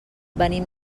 venim